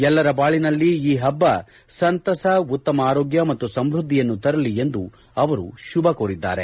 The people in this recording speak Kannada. ಎಲ್ಲರ ಬಾಳಿನಲ್ಲಿ ಈ ಹಬ್ಲ ಸಂತಸ ಉತ್ತಮ ಆರೋಗ್ಗ ಮತ್ತು ಸಮೃದ್ದಿಯನ್ನು ತರಲಿ ಎಂದು ಅವರು ಶುಭ ಕೋರಿದ್ದಾರೆ